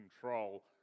control